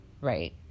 right